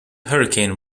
hurricane